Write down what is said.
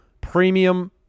premium